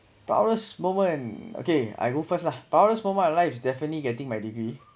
proudest moment okay I go first lah proudest moment in my life definitely getting my degree